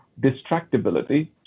distractibility